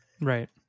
Right